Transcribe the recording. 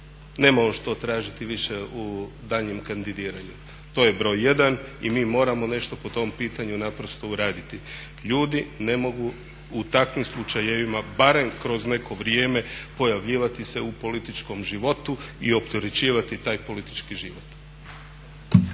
nema on što tražiti više u daljnjim kandidiranjima. To je broj jedan i mi moramo nešto po tom pitanju naprosto uraditi. Ljudi ne mogu u takvim slučajevima barem kroz neko vrijeme pojavljivati se u političkom životu i opterećivati taj politički život.